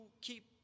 keep